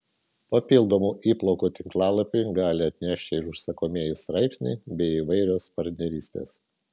papildomų įplaukų tinklalapiui gali atnešti ir užsakomieji straipsniai bei įvairios partnerystės